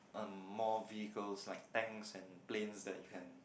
um more vehicles like tanks and planes that you can